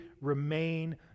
remain